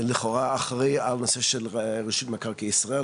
לכאורה אחראי על הנושא של רשות מקרקעי ישראל,